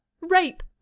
rape